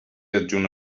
adjunt